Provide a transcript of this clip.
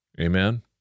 Amen